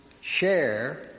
share